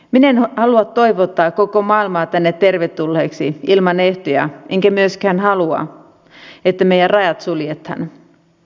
minä en halua toivottaa koko maailmaa tänne tervetulleeksi ilman ehtoja enkä myöskään halua että meidän rajat suljetaan